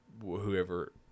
whoever